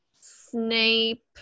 Snape